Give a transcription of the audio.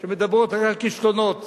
שמדברות רק על כישלונות